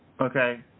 Okay